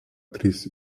trys